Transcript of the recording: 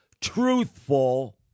truthful